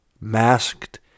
masked